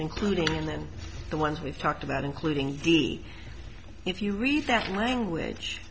including and then the ones we've talked about including the if you read that language